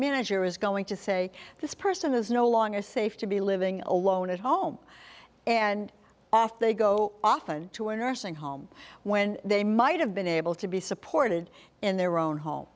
manager is going to say this person is no longer safe to be living alone at home and they go often to a nursing home when they might have been able to be supported in their own home